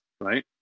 right